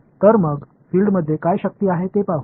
எனவே ஒரு புலத்தில் உள்ள சக்தி என்ன என்பதைப் பார்ப்போம்